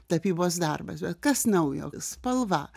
tapybos darbas bet kas naujo spalva